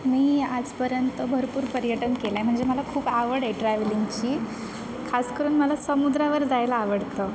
मी आजपर्यंत भरपूर पर्यटन केलं आहे म्हणजे मला खूप आवड आहे ट्रॅवलिंगची खासकरून मला समुद्रावर जायला आवडतं